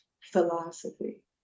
philosophy